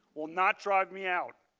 will not drive me out.